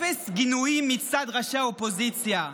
אפס גינויים מצד ראשי האופוזיציה.